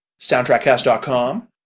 SoundtrackCast.com